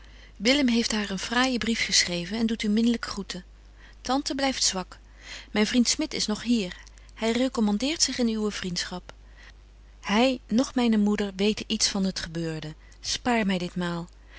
willem heeft haar een fraaijen brief geschreven en doet u minlyk groeten tante blyft zwak myn vriend smit is nog hier hy recommandeert zich in uwe vriendschap hy noch myne betje wolff en aagje deken historie van mejuffrouw sara burgerhart moeder weten iets van t gebeurde spaar my dit